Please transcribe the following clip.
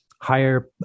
Higher